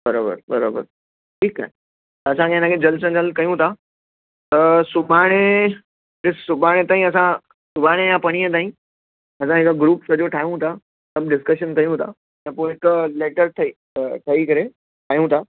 बरोबर बरोबर ठीकु आहे असांखे हिन खे जल्दु सां जल्दु कयूं था त सुभाणे ॾिसु सुभाणे ताईं असां सुभाणे या पणीहं ताईं असां हिकु ग्रुप सॼो ठाहियूं था सभु डिस्कशन कयूं था ऐं पोइ हिकु लैटर ठही करे ठाहियूं था